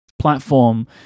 platform